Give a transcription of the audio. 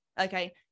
Okay